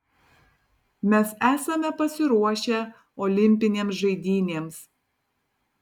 mes esame pasiruošę olimpinėms žaidynėms